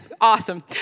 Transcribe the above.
awesome